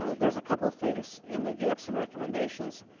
ah there's a couple of things in the gaps and recommendations.